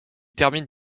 termine